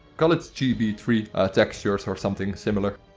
call it j b three ah textures or something similair.